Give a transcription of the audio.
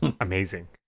amazing